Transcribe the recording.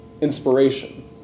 inspiration